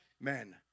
men